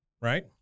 right